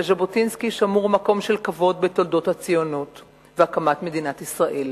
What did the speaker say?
לז'בוטינסקי שמור מקום של כבוד בתולדות הציונות והקמת מדינת ישראל,